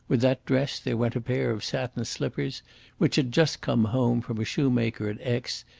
with that dress there went a pair of satin slippers which had just come home from a shoemaker at aix,